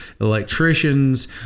electricians